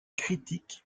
critiques